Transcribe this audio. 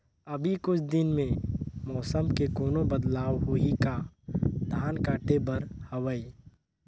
अभी कुछ दिन मे मौसम मे कोनो बदलाव होही का? धान काटे बर हवय?